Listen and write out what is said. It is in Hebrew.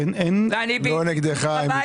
הם לא נגדך, הם איתך.